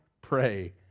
pray